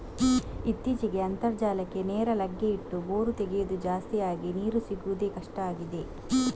ಇತ್ತೀಚೆಗೆ ಅಂತರ್ಜಲಕ್ಕೆ ನೇರ ಲಗ್ಗೆ ಇಟ್ಟು ಬೋರು ತೆಗೆಯುದು ಜಾಸ್ತಿ ಆಗಿ ನೀರು ಸಿಗುದೇ ಕಷ್ಟ ಆಗಿದೆ